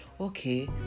okay